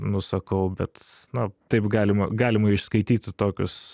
nusakau bet na taip galima galima išskaityti tokius